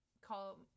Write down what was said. call